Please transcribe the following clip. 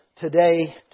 today